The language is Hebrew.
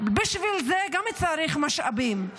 בשביל זה גם צריך משאבים.